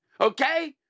Okay